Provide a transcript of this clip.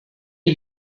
die